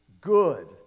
good